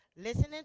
Listening